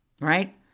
right